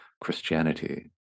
Christianity